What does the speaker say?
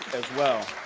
as well.